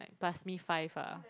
like plus me five ah